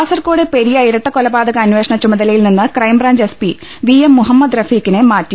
കാസർകോട് പെരിയ ഇരട്ടക്കൊലപാതക അന്വേഷണ ചുമ തലയിൽ നിന്ന് ക്രൈംബ്രാഞ്ച് എസ് പി വിശ്രം മുഹമ്മദ് റഫീഖിനെ മാറ്റി